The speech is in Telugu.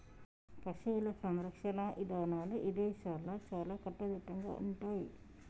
పశువుల సంరక్షణ ఇదానాలు ఇదేశాల్లో చాలా కట్టుదిట్టంగా ఉంటయ్యి